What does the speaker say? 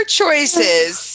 choices